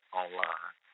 online